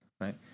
right